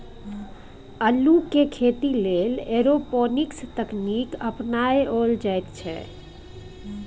अल्लुक खेती लेल एरोपोनिक्स तकनीक अपनाओल जाइत छै